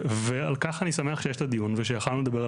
ועל כך אני שמח שיש את הדיון ושיכולנו לדבר על